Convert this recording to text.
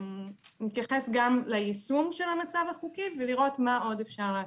נתייחס ליישום המצב החוקי ונראה מה עוד אפשר לעשות.